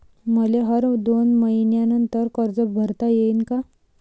मले हर दोन मयीन्यानंतर कर्ज भरता येईन का?